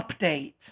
Update